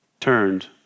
turned